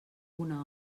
una